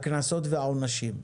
הקנסות והעונשים,